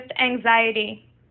anxiety